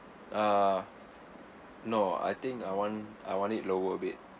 ah no I think I want I want it lower a bit